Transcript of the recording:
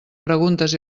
preguntes